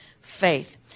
faith